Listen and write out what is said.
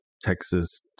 Texas